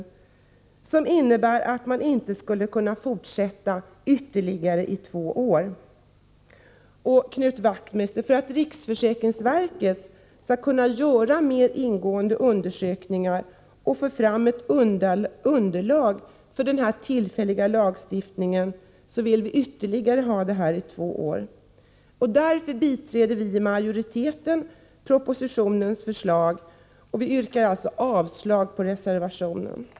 Det finns alltså ingenting som säger att man inte skulle kunna fortsätta ytterligare två år. Och jag vill säga följande till Knut Wachtmeister: För att riksförsäkringsverket skall kunna göra mer ingående undersökningar och få fram ett underlag för denna tillfälliga lagstiftning, vill vi att den här ordningen skall gälla i två år till. Därför biträder vi i majoriteten propositionens förslag, och vi yrkar alltså avslag på reservation 1.